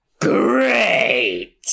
GREAT